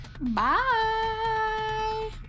Bye